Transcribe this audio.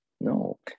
No